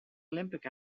olympic